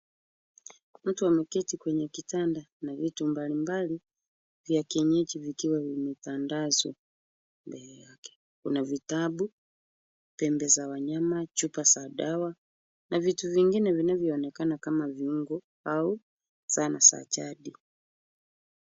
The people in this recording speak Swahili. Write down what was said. Mtu ameketi kwenye kitanda na vitu mbalimbali vya kienyeji vikiwa vimetandazwa mbele yake. Kuna vitabu, pembe za wanyama, chupa za dawa na vitu vingine vinavyoonekana kama viungo au sanaa za jadi.